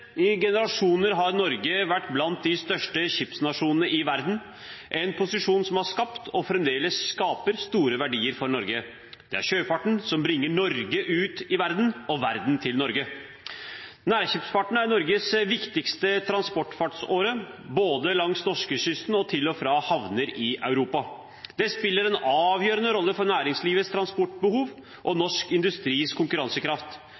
I generasjoner har Norge vært blant de største skipsnasjonene i verden – en posisjon som har skapt, og fremdeles skaper, store verdier for Norge. Det er sjøfarten som bringer Norge ut i verden og verden til Norge. Nærskipsfarten er Norges viktigste transportfartsåre, både langs norskekysten og til og fra havner i Europa. Den spiller en avgjørende rolle for næringslivets transportbehov og norsk industris konkurransekraft,